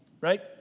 right